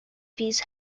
these